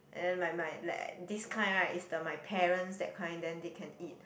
and then my my like this kind right is the my parents that kind then they can eat